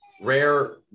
rare